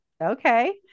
okay